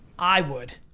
i would.